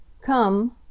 Come